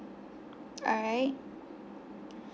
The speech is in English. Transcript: alright